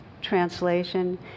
translation